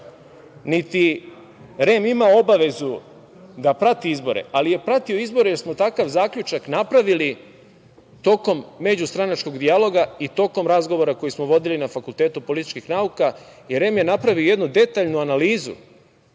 niti REM ima obavezu da prati izbore, ali je pratio izbore, jer smo takav zaključak napravili tokom međustranačkog dijaloga i tokom razgovora koji smo vodili na Fakultetu političkih nauka. Jer, REM je napravio jednu detalju analizu